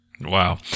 Wow